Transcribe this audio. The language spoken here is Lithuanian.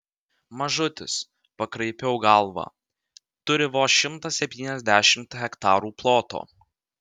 mažutis pakraipiau galvą turi vos šimtą septyniasdešimt hektarų ploto